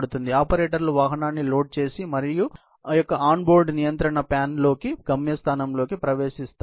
కాబట్టి ఆపరేటర్లు వాహనాన్ని లోడ్ చేసి వాహనం యొక్క ఆన్ బోర్డు నియంత్రణ ప్యానెల్లోకి గమ్యస్థానంలోకి ప్రవేశిస్తారు